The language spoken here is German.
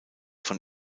von